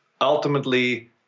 ultimately